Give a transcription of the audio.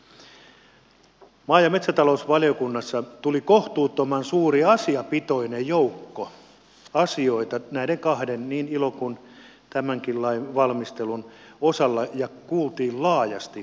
maa ja metsätalousvaliokunnassa tuli kohtuuttoman suuri asiapitoinen joukko asioita näiden kahden niin ilon kuin tämänkin lain valmistelun osalla ja kuultiin laajasti asiantuntijoita